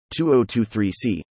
2023c